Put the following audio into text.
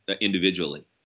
individually